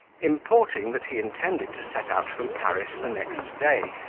importing, that he intended to set out from paris the next day,